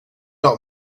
out